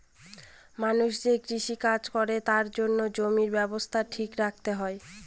মানুষ যে কৃষি কাজ করে তার জন্য জমির অবস্থা ঠিক রাখতে হয়